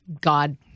God